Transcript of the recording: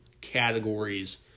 categories